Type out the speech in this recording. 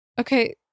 Okay